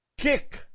kick